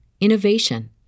innovation